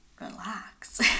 relax